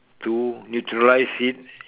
to neutralise it